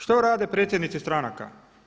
Što rade predsjednici stranka?